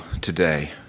today